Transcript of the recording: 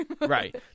Right